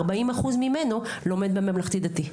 ארבעים אחוז ממנו לומד בממלכתי דתי.